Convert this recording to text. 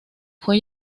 fue